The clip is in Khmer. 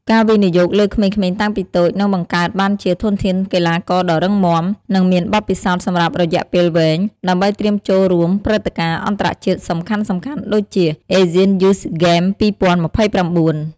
ការវិនិយោគលើក្មេងៗតាំងពីតូច នឹងបង្កើតបានជាធនធានកីឡាករដ៏រឹងមាំ និងមានបទពិសោធន៍សម្រាប់រយៈពេលវែង ដើម្បីត្រៀមចូលរួមព្រឹត្តិការណ៍អន្តរជាតិសំខាន់ៗ ដូចជា Asian Youth Games 2029។